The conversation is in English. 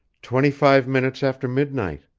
twenty-five minutes after midnight.